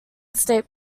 state